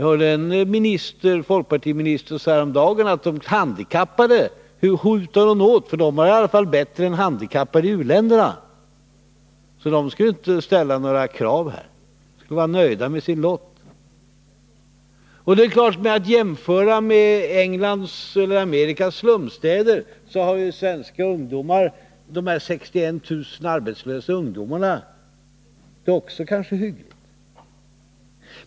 Häromdagen hörde jag en folkpartiminister huta åt de handikappade, för de hade det i alla fall bättre än handikappade i u-länderna, så de skulle inte ställa några krav utan vara nöjda med sin lott. Och det är klart att i jämförelse med Englands eller Amerikas slumstäder har de 61 000 arbetslösa ungdomarna i Sverige det kanske också hyggligt.